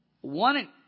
one